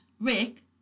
Rick